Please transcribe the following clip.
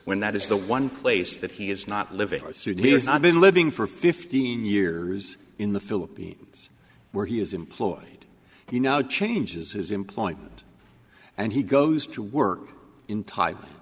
when that is the one place that he is not living by sunni has not been living for fifteen years in the philippines where he is employed he now changes his employment and he goes to work in type